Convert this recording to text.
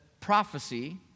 prophecy